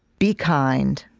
be kind,